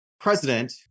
president